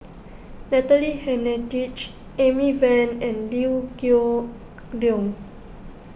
Natalie Hennedige Amy Van and Liew Geok Leong